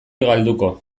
galduko